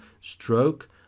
stroke